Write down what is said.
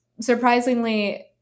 surprisingly